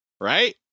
Right